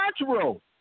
natural